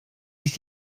sich